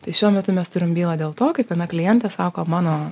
tai šiuo metu mes turim bylą dėl to kaip viena klientė sako mano